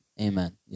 Amen